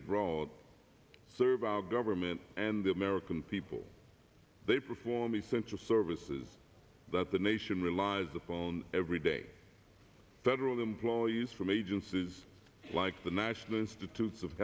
abroad serve our government and the american people they perform essential services that the nation realize the phone every day federal employees from agencies like the national institutes of